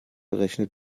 rechnet